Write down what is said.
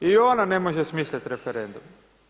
I ona ne može smisliti referendume.